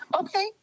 Okay